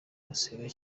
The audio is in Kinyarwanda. basenga